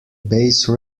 base